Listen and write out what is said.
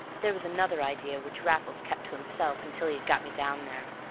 there was another idea which raffles kept to himself until he had got me down there.